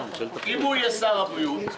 אם יהיה שר הבריאות,